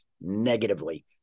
negatively